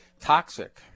toxic